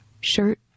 Shirt